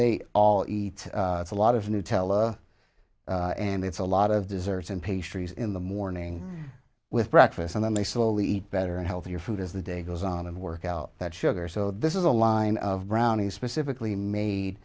they all eat a lot of nutella and it's a lot of desserts and pastries in the morning with breakfast and then they slowly eat better and healthier food as the day goes on and work out that sugar so this is a line of brownies specifically made